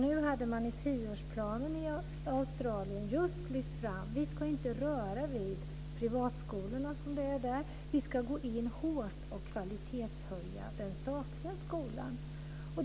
Nu hade man i tioårsplanen i Australien just lyft fram att man inte ska röra vid privatskolorna. Man ska gå in hårt och kvalitetshöja den statliga skolan.